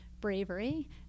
bravery